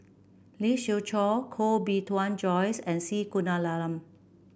Lee Siew Choh Koh Bee Tuan Joyce and C Kunalan